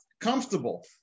comfortable